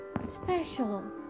special